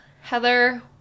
Heather